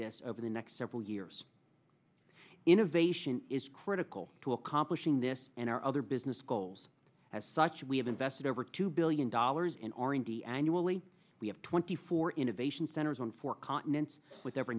this over the next several years innovation is critical to accomplishing this and our other business goals as such we have invested over two billion dollars in r and d annually we have twenty four innovation centers on four continents with ever